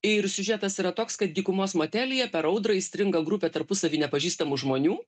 ir siužetas yra toks kad dykumos motelyje per audrą įstringa grupė tarpusavy nepažįstamų žmonių